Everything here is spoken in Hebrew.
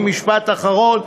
משפט אחרון.